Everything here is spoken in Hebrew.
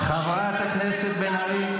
חברת הכנסת בן ארי.